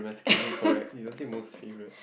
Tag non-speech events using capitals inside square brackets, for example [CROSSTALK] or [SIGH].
[LAUGHS]